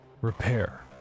Repair